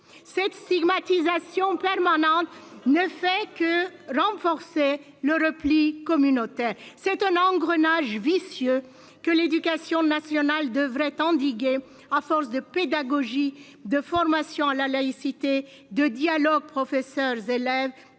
cette stigmatisation permanente ne fait que renforcer le repli communautaire. C'est un engrenage vicieux que l'éducation nationale devrait endiguer à force de pédagogie de formation à la laïcité de dialogue, professeurs, élèves